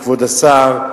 כבוד השר,